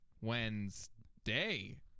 Wednesday